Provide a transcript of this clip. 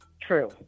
True